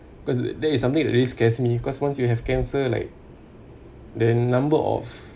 cause it that's something that really scares me because once you have cancer like the number of